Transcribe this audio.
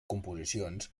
composicions